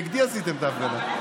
נגדי עשיתם את ההפגנה.